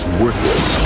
worthless